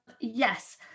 yes